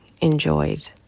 enjoyed